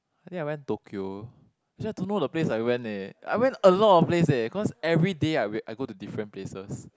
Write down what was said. I think I went Tokyo actually I don't know the place I went eh I went a lot place eh cause everyday I went I go to different places